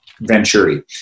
Venturi